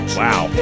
wow